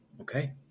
Okay